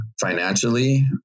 financially